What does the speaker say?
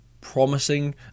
promising